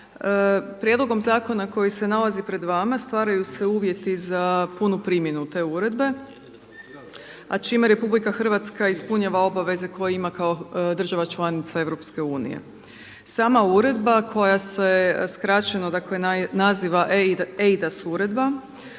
Prijedlogom zakona koji se nalazi pred vama stvaraju se uvjeti za punu primjenu te uredbe a čime RH ispunjava obaveze koje ima kao država članica EU. Sama uredba koja se skraćeno dakle naziva eIDAS uredba